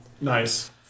Nice